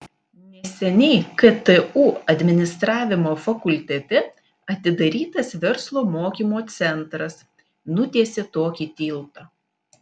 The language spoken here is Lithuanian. neseniai ktu administravimo fakultete atidarytas verslo mokymo centras nutiesė tokį tiltą